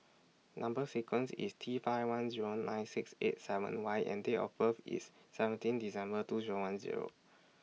Number sequence IS T five one Zero nine six eight seven Y and Date of birth IS seventeen December two Zero one Zero